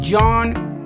John